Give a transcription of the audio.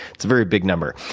it's a very big number.